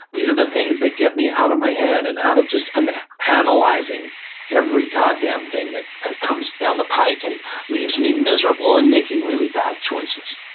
these are the things that get me out of my head and out of just and analyzing every god damn thing that that comes down the pike and leaves me miserable and making really bad choices.